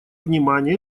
внимания